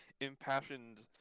impassioned